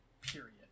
period